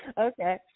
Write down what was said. Okay